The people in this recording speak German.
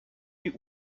die